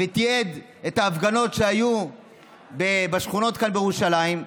ותיעד את ההפגנות שהיו בשכונות כאן, בירושלים.